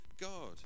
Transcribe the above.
God